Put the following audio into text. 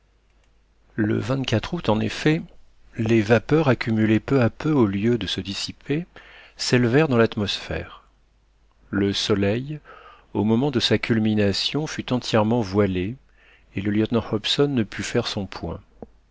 le août en effet les vapeurs accumulées peu à peu au lieu de se dissiper s'élevèrent dans l'atmosphère le soleil au moment de sa culmination fut entièrement voilé et le lieutenant hobson ne put faire son point